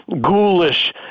ghoulish